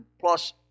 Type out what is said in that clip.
plus